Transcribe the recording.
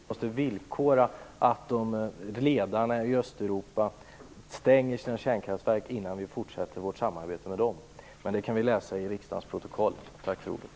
Fru talman! Om jag förstod Eva Goës rätt, sade hon att vi måste villkora att ledarna i Östeuropa stänger sina kärnkraftverk innan vi fortsätter vårt samarbete med dem. Men det kan vi läsa i riksdagsprotokollet.